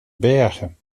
bergen